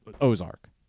Ozark